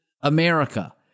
America